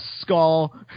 skull